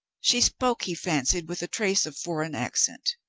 she spoke, he fancied, with a trace of foreign accent.